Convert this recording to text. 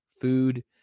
food